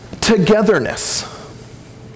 togetherness